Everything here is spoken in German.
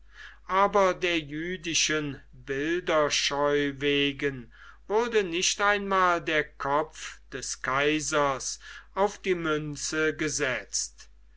aber der jüdischen bilderscheu wegen wurde nicht einmal der kopf des kaisers auf die münze gesetzt